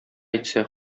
әйтсә